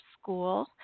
school